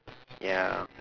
ya